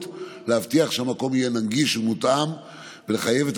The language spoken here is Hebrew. כדי להבטיח שהמקום יהיה נגיש ומותאם ולחייב את